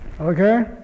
Okay